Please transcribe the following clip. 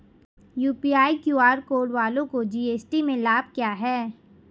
UPI QR code वालों को GST में लाभ क्या है?